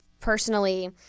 personally